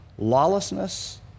Lawlessness